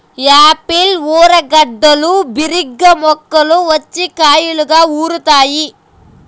Apple ఊర్లగడ్డలు బిరిగ్గా మొలకలు వచ్చి కాయలుగా ఊరుతాయి